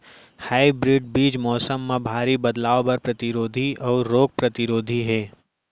hybrid बीज मौसम मा भारी बदलाव बर परतिरोधी अऊ रोग परतिरोधी हे